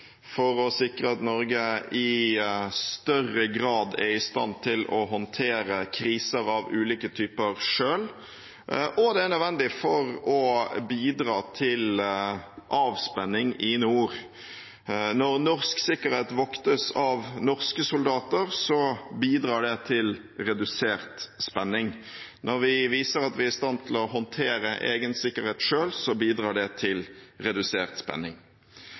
for å sikre at Norge i større grad er i stand til å håndtere kriser av ulike typer selv, og for å bidra til avspenning i nord. Når norsk sikkerhet voktes av norske soldater, bidrar det til redusert spenning. Når vi viser at vi er i stand til å håndtere egen sikkerhet, bidrar det til redusert spenning.